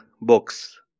books